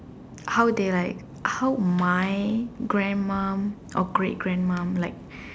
how they like how my grandmum or great grandmum like